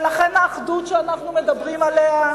ולכן האחדות שאנחנו מדברים עליה,